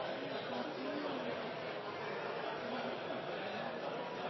Syria er som en